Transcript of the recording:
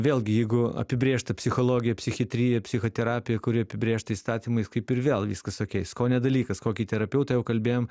vėlgi jeigu apibrėžta psichologija psichiatrija psichoterapija kurie apibrėžti įstatymais kaip ir vėl viskas okei skonio dalykas kokį terapeutą jau kalbėjom